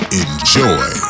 enjoy